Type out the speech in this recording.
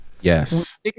Yes